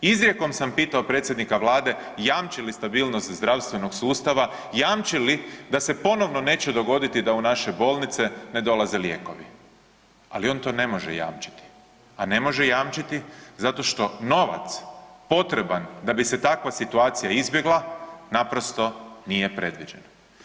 Izrijekom sam pitao predsjednika Vlade, jamči li stabilnost zdravstvenog sustava, jamči li da se ponovno neće dogoditi da u naše bolnice ne dolaze lijekovi, ali on to ne može jamčiti, a ne može jamčiti zato što novac potreban da bi se takva situacija izbjegla naprosto nije predviđen.